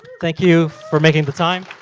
thank you for making the time.